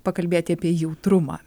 pakalbėti apie jautrumą